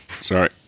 Sorry